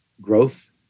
growth